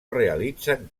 realitzen